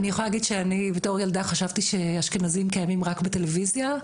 אני יכולה להגיד שאני בתור ילדה חשבתי שאשכנזים קיימים רק בטלוויזיה,